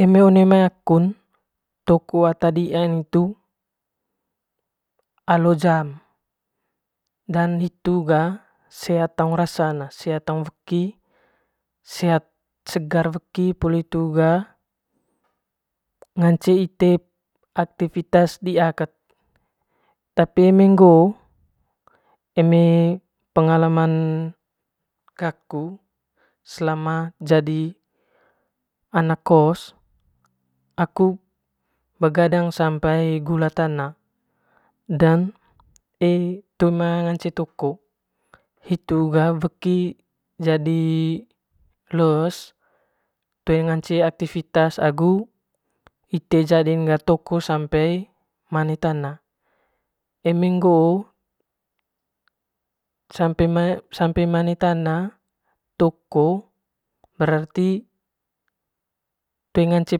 Eme one mai akun took ata diian hitu alo jam dan hitu ga sehat taung rasan a sehat taung weki sehat taung weki poli hitu ga ngance ite aktifitas diia kat tapi eme ngoo eme pengalaman gaku selama jadi anak kos aku begadang sampai gula tana dan toe ma ngance took hitu ga weki jadi les toe ngance aktifitas agu ite jadin ga took sampe mane tana agu eme ngoo sampe sampe mane tana toko berarti toe ngance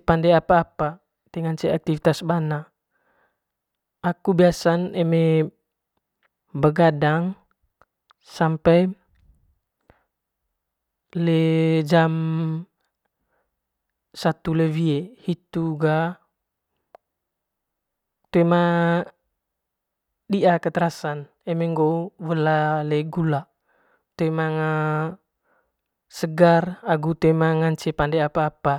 pande apa- apa toe ngance aktifitas cebana aku biasan eme begadang sampai le jam satu le wie hitu ga toe ma di'ia kat rasan eme ngoo wela le gula toe manga segar agu toe ma ngance pande apa- apa.